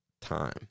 time